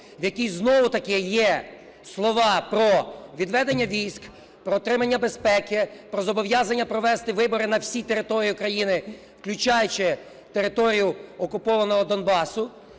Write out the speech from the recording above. в якій, знову-таки, є слова про відведення військ, про отримання безпеки, про зобов'язання провести вибори на всій території України, включаючи територію окупованого Донбасу,